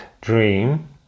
dream